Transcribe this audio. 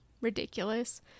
ridiculous